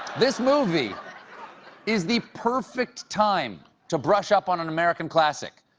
this movie is the perfect time to brush up on an american classic.